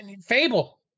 Fable